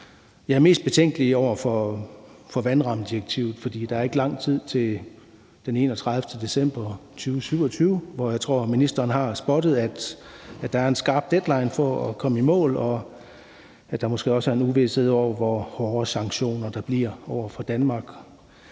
Jeg er mest betænkelig i forhold til vandrammedirektivet, for der er ikke lang tid til den 31. december 2027, hvor jeg tror, at ministeren har spottet, at der er en skarp deadline for at komme i mål, og at der måske også er en uvished om, hvor hårde sanktioner der bliver over for Danmark.